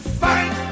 fight